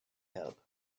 help